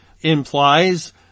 implies